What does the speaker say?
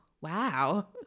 Wow